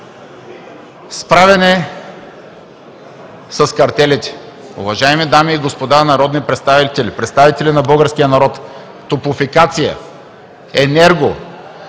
Справяне с картелите. Уважаеми дами и господа народни представители, представители на българския народ, Топлофикация, Енерго,